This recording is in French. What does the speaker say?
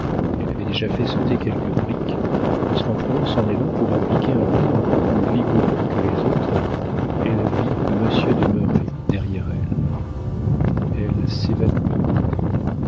elle avait déjà fait sauter quelques briques lorsqu'en prenant son élan pour appliquer un coup encore plus vigoureux que les autres elle vit monsieur de merret derrière elle elle s'évanouit